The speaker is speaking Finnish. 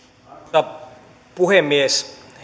arvoisa puhemies